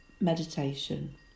meditation